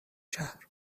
شهر